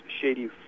shady